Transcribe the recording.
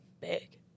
big